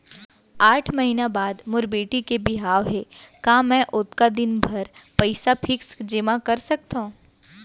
आठ महीना बाद मोर बेटी के बिहाव हे का मैं ओतका दिन भर पइसा फिक्स जेमा कर सकथव?